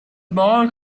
bar